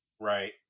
right